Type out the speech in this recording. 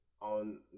on